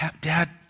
Dad